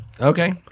Okay